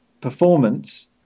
performance